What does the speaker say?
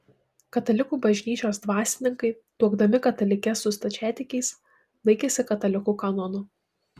katalikų bažnyčios dvasininkai tuokdami katalikes su stačiatikiais laikėsi katalikų kanonų